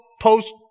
post